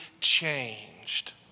changed